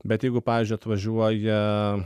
bet jeigu pavyzdžiui atvažiuoja